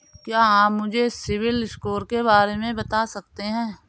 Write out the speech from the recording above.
क्या आप मुझे सिबिल स्कोर के बारे में बता सकते हैं?